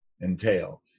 entails